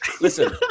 Listen